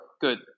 Good